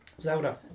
Zelda